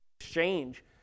exchange